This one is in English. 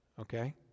Okay